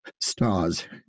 stars